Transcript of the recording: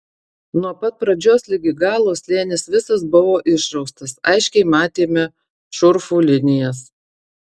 nuo pat pradžios ligi galo slėnis visas buvo išraustas aiškiai matėme šurfų linijas